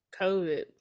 COVID